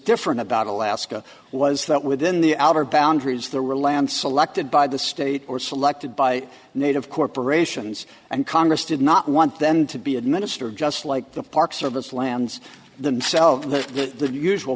different about alaska was that within the outer boundaries there were land selected by the state or selected by native corporations and congress did not want them to be administered just like the park service lands themselves the usual